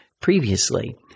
previously